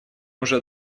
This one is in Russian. уже